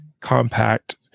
compact